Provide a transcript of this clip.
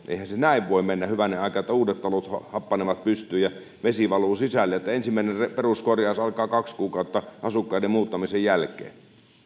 näin voi mennä hyvänen aika että uudet talot happanevat pystyyn ja vesi valuu sisälle että ensimmäinen peruskorjaus alkaa kaksi kuukautta asukkaiden muuttamisen jälkeen